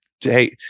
hey